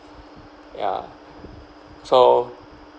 ya so